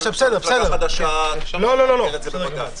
כל מפלגה חדשה תעביר את זה לבג"ץ.